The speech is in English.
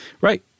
Right